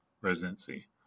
residency